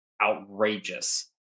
outrageous